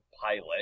pilot